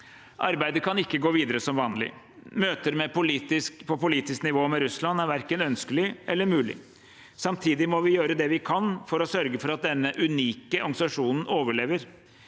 Arbeidet kan ikke gå videre som vanlig. Møter på politisk nivå med Russland er verken ønskelig eller mulig. Samtidig må vi gjøre det vi kan for å sørge for at denne unike organisasjonen overlever.